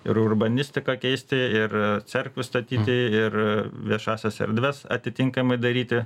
ir urbanistiką keisti ir cerkvių statyti ir viešąsias erdves atitinkamai daryti